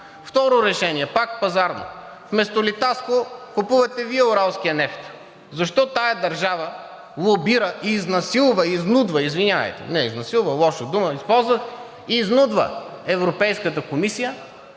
Второ решение, пак пазарно. Вместо „Литаско“ купувате Вие уралския нефт. Защо тази държава лобира, изнасилва, изнудва, извинявайте, не изнасилва, лоша дума използвах, изнудва Европейската комисия